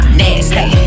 nasty